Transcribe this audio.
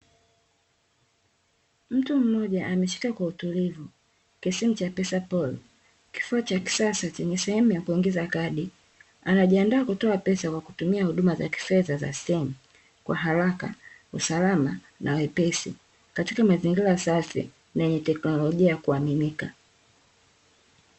Mtu mmoja ameshika kwa utulivu, kisimu cha pesapall kifaa cha kisasa chenye sehemu ya kuingiza kadi. Anajiandaa kutoa pesa kwa kutumia huduma za kifedha za steni kwa haraka, usalama na wepesi. Katika mazingira safi na teknolojia ya kuaminika.